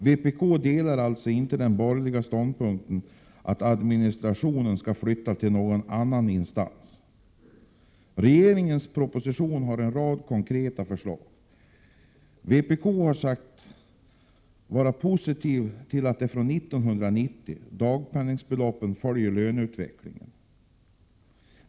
Vpk delar alltså inte de borgerligas ståndpunkt att administrationen skall flyttas till någon annan instans. Regeringens proposition har en rad konkreta förslag. Vänsterpartiet kommunisterna har som sagt varit positiva till att dagpenningbeloppen från 1990 skall följa löneutvecklingen.